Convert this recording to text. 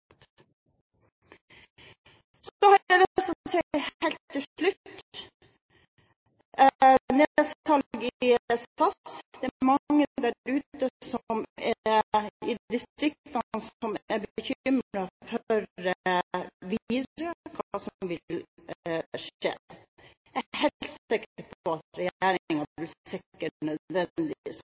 Så har jeg lyst til å si noe helt til slutt om nedsalg i SAS. Det er mange der ute i distriktene som er bekymret for Widerøe – hva som vil skje. Jeg er helt sikker på at regjeringen vil sikre